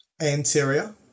anterior